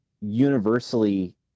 universally